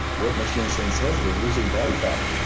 what makes you insulin sensitive, losing body fat.